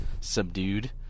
subdued